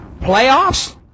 Playoffs